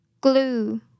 Glue